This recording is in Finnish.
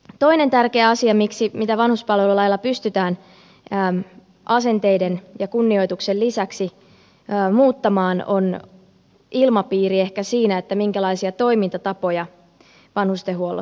toinen tärkeä asia mitä vanhuspalvelulailla pystytään asenteiden ja kunnioituksen lisäksi muuttamaan on ilmapiiri ehkä siinä minkälaisia toimintatapoja vanhustenhuollossa on